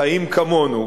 חיים כמונו,